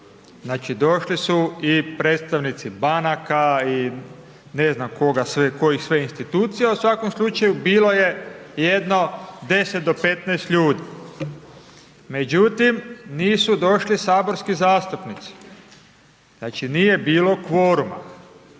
Znači, došli su i predstavnici banaka i ne znam koga sve, kojih sve institucija, u svakom slučaju bilo je jedno 10 do 15 ljudi. Međutim, nisu došli saborski zastupnici, znači, nije bilo kvoruma